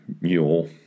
mule